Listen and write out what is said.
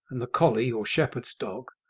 and the colley or shepherd's dog,